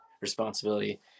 responsibility